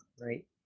right